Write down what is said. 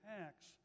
Acts